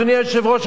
אדוני היושב-ראש,